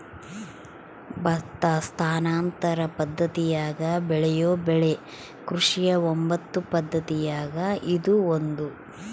ಭತ್ತ ಸ್ಥಾನಾಂತರ ಪದ್ದತಿಯಾಗ ಬೆಳೆಯೋ ಬೆಳೆ ಕೃಷಿಯ ಒಂಬತ್ತು ಪದ್ದತಿಯಾಗ ಇದು ಒಂದು